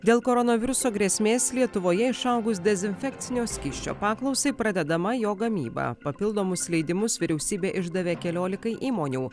dėl koronaviruso grėsmės lietuvoje išaugus dezinfekcinio skysčio paklausai pradedama jo gamyba papildomus leidimus vyriausybė išdavė keliolikai įmonių